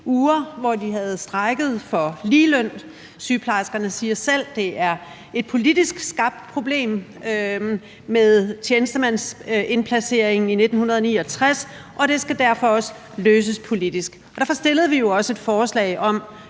uger, hvor de havde strejket for ligeløn. Sygeplejerskerne siger selv, at det er et politisk skabt problem med tjenestemandsindplaceringen i 1969, og det skal derfor også løses politisk. Derfor stillede vi også et forslag om,